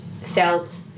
felt